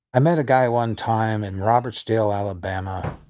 i met a guy one time in robertsdale, alabama,